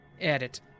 Edit